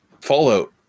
Fallout